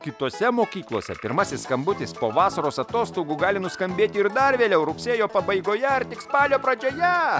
kitose mokyklose pirmasis skambutis po vasaros atostogų gali nuskambėti ir dar vėliau rugsėjo pabaigoje ar tik spalio pradžioje